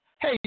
Hey